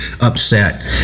upset